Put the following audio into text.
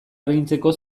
agintzeko